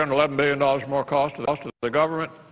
and eleven billion dollars more cost to the government,